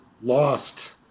lost